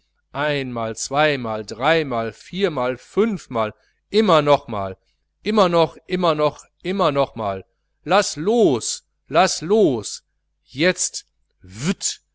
einmal zweimal dreimal viermal fünfmal immer nochmal immer noch immer noch immer nochmal laß los laß los jetzt wwwt